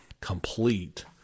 complete